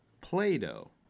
Play-Doh